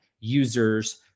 users